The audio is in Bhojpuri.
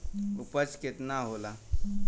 उपज केतना होला?